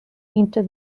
into